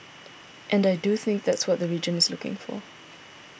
and I do think that's what the region is looking for